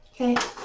Okay